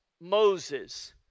Moses